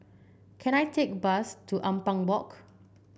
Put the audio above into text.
can I take a bus to Ampang Walk